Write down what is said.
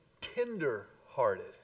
tender-hearted